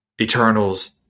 Eternals